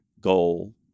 goal